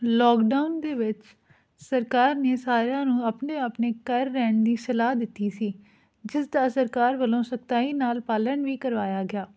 lockdown ਦੇ ਵਿੱਚ ਸਰਕਾਰ ਨੇ ਸਾਰਿਆਂ ਨੂੰ ਆਪਣੇ ਆਪਣੇ ਘਰ ਰਹਿਣ ਦੀ ਸਲਾਹ ਦਿੱਤੀ ਸੀ ਜਿਸ ਦਾ ਸਰਕਾਰ ਵੱਲੋਂ ਸਖ਼ਤਾਈ ਨਾਲ ਪਾਲਣ ਵੀ ਕਰਵਾਇਆ ਗਿਆ